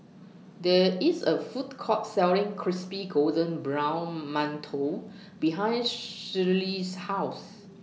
There IS A Food Court Selling Crispy Golden Brown mantou behind Shirlee's House